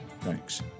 Thanks